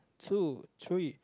two three